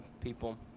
people